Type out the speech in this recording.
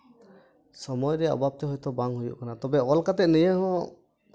ᱥᱚᱢᱚᱭ ᱨᱮᱭᱟᱜ ᱚᱵᱷᱟᱵ ᱛᱮ ᱦᱳᱭᱳᱛ ᱵᱟᱝ ᱦᱩᱭᱩᱜ ᱠᱟᱱᱟ ᱛᱚᱵᱮ ᱚᱞ ᱠᱟᱛᱮ ᱱᱤᱭᱟᱹ ᱦᱚᱸ